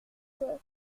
était